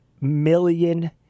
million